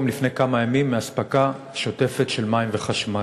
לפני כמה ימים מאספקה שוטפת של מים וחשמל.